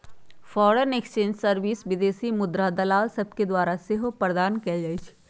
foreign exchange service विदेशी मुद्राके दलाल सभके द्वारा सेहो प्रदान कएल जाइ छइ